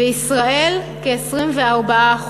בישראל, כ-24%.